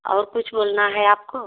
और कुछ बोलना है आपको